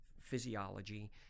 physiology